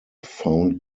found